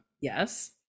yes